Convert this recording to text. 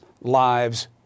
lives